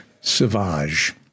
savage